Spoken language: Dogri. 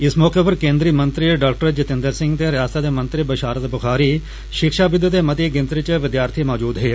इस मौके पर केंद्री मंत्री डॉ जितेंद्र सिंह ते रियासत दे मंत्री बशारत बुखारी शिक्षाविद तेमती गिनतरी च विद्यार्थी मजूद हे